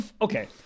Okay